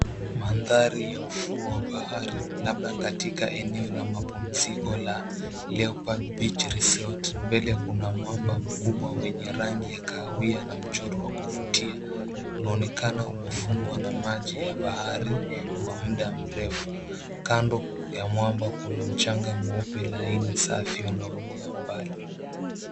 Mandhari ya ufuo wa bahari labda katika eneo la mapumziko la Leopard Beach Resort. Mbele kuna mwamba mkubwa wenye rangi ya kahawia na mchoro wa kuvutia. Unaonekana umefungwa na maji ya bahari kwa muda mrefu. Kando ya mwamba kuna mchanga mweupe laini safi unaonea mbali.